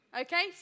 okay